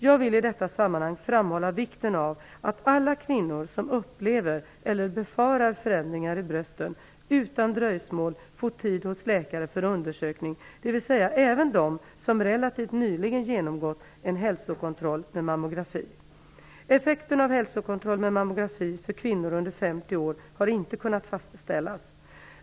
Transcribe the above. Jag vill i detta sammanhang framhålla vikten av att alla kvinnor som upplever eller befarar förändringar i brösten utan dröjsmål får tid hos läkare för undersökning, dvs. även de som relativt nyligen genomgått en hälsokontroll med mammografi. Effekten av hälsokontroll med mammografi för kvinnor under 50 år har inte kunnat fastställas.